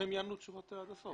שהם יענו תשובות עד הסוף.